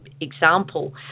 example